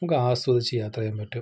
നമുക്കാസ്വദിച്ച് യാത്ര ചെയ്യാന് പറ്റും